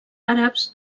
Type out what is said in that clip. àrabs